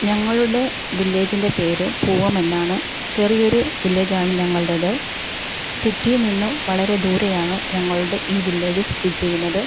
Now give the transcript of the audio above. ഞങ്ങളുടെ വില്ലേജിൻ്റെ പേര് പൂവം എന്നാണ് ചെറിയൊരു വില്ലേജാണ് ഞങ്ങളുടേത് സിറ്റിയിൽ നിന്നും വളരെ ദൂരെയാണ് ഞങ്ങളുടെ ഈ വില്ലേജ് സ്ഥിതി ചെയ്യുന്നത്